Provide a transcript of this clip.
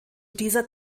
dieser